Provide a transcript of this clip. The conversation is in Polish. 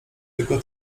tylko